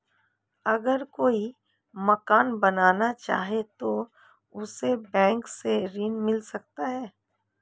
अगर कोई मकान बनाना चाहे तो उसे बैंक से ऋण मिल सकता है?